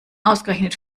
ausgerechnet